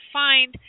find